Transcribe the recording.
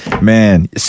man